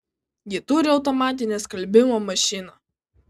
ji turi automatinę skalbimo mašiną